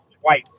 twice